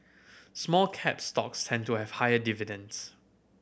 small cap stocks tend to have higher dividends